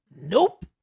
Nope